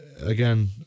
again